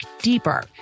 deeper